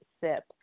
sip